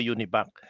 Unibank